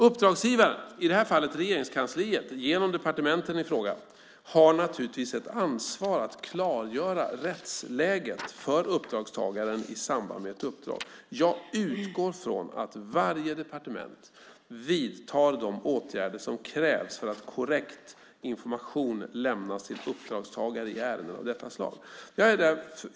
Uppdragsgivaren, i det här fallet Regeringskansliet genom departementen i fråga, har naturligtvis ett ansvar att klargöra rättsläget för uppdragstagaren i samband med ett uppdrag. Jag utgår från att varje departement vidtar de åtgärder som krävs för att korrekt information lämnas till uppdragstagare i ärenden av detta slag.